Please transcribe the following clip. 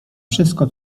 wszystko